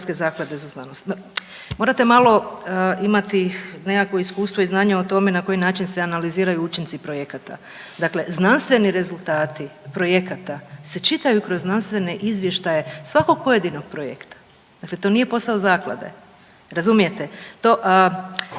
za znanost. Ma morate malo imati nekakvo iskustvo i znanje o tome na koji način se analiziraju učinci projekata. Dakle, znanstveni rezultati projekata se čitaju kroz znanstvene izvještaje svakog pojedinog projekat, dakle to nije posao Zaklade. Razumijete? To,